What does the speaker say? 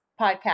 podcast